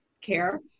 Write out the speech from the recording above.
care